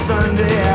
Sunday